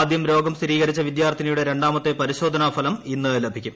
ആദ്യം രോഗം സ്ഥിരീകരിച്ച വിദ്യാർത്ഥിനിയുടെ രണ്ടാമത്തെ പരിശോധനാ ഫലം ഇന്ന് ലഭിക്കും